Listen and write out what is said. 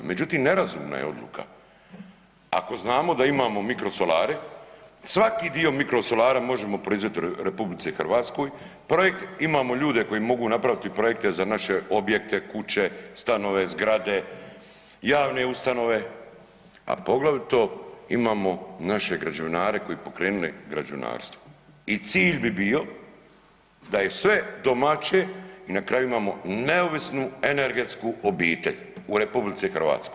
Međutim, nerazumna je odluka ako znamo da imamo mikrosolare, svaki dio mikrosolara možemo proizvest u RH, projekt, imamo ljude koji mogu napraviti projekte za naše objekte, kuće, stanove, zgrade, javne ustanove, a poglavito imamo naše građevinare koji bi pokrenuli građevinarstvo i cilj bi bio da je sve domaće i na kraju imamo neovisnu energetsku obitelj u RH.